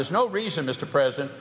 there's no reason mr president